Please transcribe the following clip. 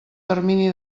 termini